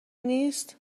نیست